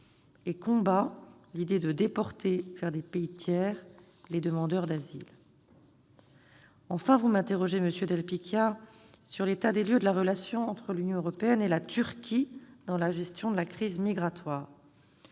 et combat l'idée de déporter vers des pays tiers les demandeurs d'asile. Enfin, vous m'interrogez, monsieur del Picchia, sur l'état de la relation entre l'Union européenne et la Turquie dans la gestion de la crise migratoire.